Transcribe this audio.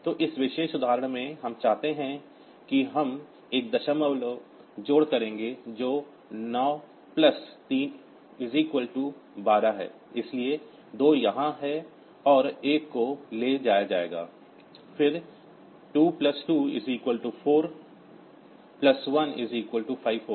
तो इस विशेष उदाहरण में हम चाहते थे कि हम एक दशमलव जोड़ करेंगे जो 9 प्लस 3 12 है इसलिए 2 यहाँ और 1 को ले जाएगा फिर 2 प्लस 2 4 प्लस 1 5 होगा